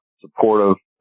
supportive